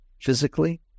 physically